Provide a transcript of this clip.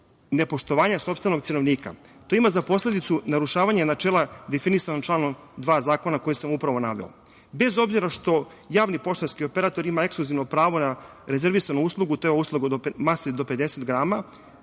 nepoštovanja sopstvenog cenovnika. To ima za posledicu narušavanje načela definisan članom 2. Zakona koji sam upravo naveo. Bez obzira što javni poštanski operator ima ekskluzivno pravo na rezervisanu uslugu, to je usluga mase do 50 grama,